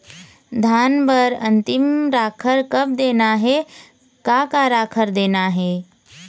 धान बर अन्तिम राखर कब देना हे, का का राखर देना हे?